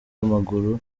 w’amaguru